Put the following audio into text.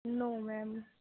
no ma'am